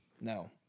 No